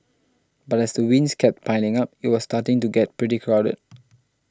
but as the wins kept piling up it was starting to get pretty crowded